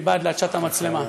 מבעד לעדשת המצלמה.